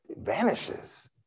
vanishes